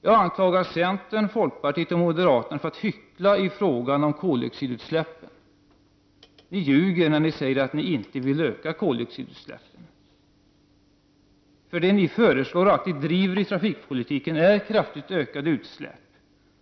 Jag anklagar centern, folkpartiet och moderaterna för att hyckla i frågan om koldioxidutsläppen. Ni ljuger när ni säger att ni inte vill öka koldioxidutsläppen, eftersom det ni föreslår och aktivt driver i trafikpolitiken är kraftigt ökade utsläpp